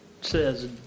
says